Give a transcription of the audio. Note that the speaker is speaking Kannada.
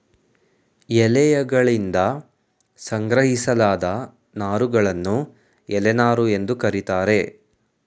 ಎಲೆಯಗಳಿಂದ ಸಂಗ್ರಹಿಸಲಾದ ನಾರುಗಳನ್ನು ಎಲೆ ನಾರು ಎಂದು ಕರೀತಾರೆ